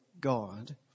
God